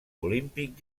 olímpic